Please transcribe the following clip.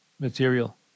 material